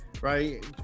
right